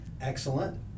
Excellent